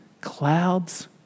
clouds